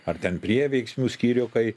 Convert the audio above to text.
ar ten prieveiksmių skyriukai